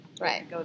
Right